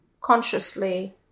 consciously